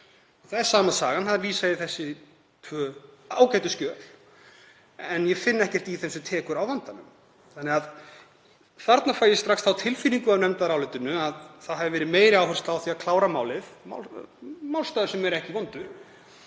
Þar er sama sagan, það er vísað í þessi tvö ágætu skjöl en ég finn ekkert í þeim sem tekur á vandanum. Þarna fæ ég strax þá tilfinningu af nefndarálitinu að það hafi verið meiri áhersla á að klára málið, málstaður sem er ekki vondur,